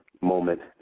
moment